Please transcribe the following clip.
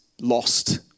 lost